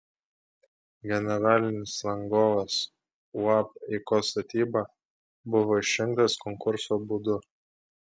generalinis rangovas uab eikos statyba buvo išrinktas konkurso būdu